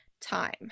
time